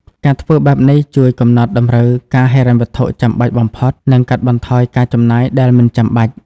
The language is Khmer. ការធ្វើបែបនេះជួយកំណត់តម្រូវការហិរញ្ញវត្ថុចាំបាច់បំផុត និងកាត់បន្ថយការចំណាយដែលមិនចាំបាច់។